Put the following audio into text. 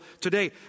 today